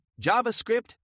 JavaScript